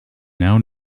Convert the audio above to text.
now